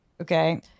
Okay